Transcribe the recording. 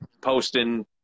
posting